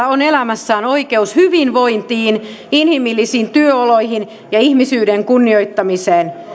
on elämässään oikeus hyvinvointiin inhimillisiin työoloihin ja ihmisyyden kunnioittamiseen